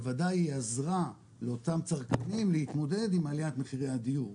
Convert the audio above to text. בוודאי היא עזרה לאותם צרכנים להתמודד עם עליית מחירי הדיור.